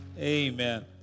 Amen